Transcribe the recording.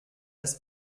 das